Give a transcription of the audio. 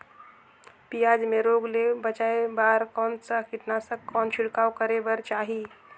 पियाज मे रोग ले बचाय बार कौन सा कीटनाशक कौन छिड़काव करे बर चाही?